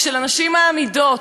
היו מקוואות פרטיים,